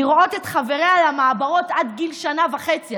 לראות את חבריה למעברות עד גיל שנה וחצי,